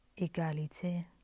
Égalité